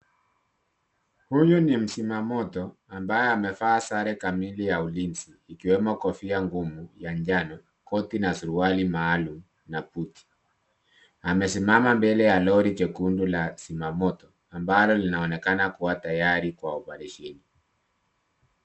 Huyu ni mzima moto ambaye amevaa sare kamili ya ulinzi, ikiwemo kofia ngumu ya njano, koti na suruali maalum, na buti. Amesimama mbele ya lori jekundu la zimamoto, ambalo linaoekana kuwa tayari kwa oparesheni.